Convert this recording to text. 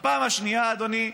הדבר השני, אדוני,